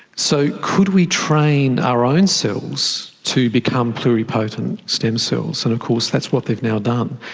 so could we train our own cells to become pluripotent stem cells? and of course that's what they've now done.